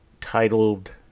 titled